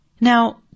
Now